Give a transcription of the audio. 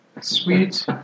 Sweet